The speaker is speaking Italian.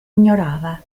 ignorava